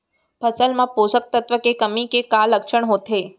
फसल मा पोसक तत्व के कमी के का लक्षण होथे?